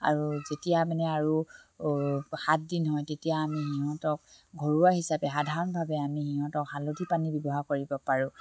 আৰু যেতিয়া মানে আৰু সাত দিন হয় তেতিয়া আমি সিহঁতক ঘৰুৱা হিচাপে সাধাৰণভাৱে আমি সিহঁতক হালধি পানী ব্যৱহাৰ কৰিব পাৰোঁ